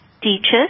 teachers